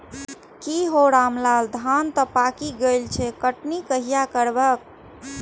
की हौ रामलाल, धान तं पाकि गेल छह, कटनी कहिया करबहक?